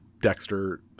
Dexter